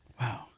Wow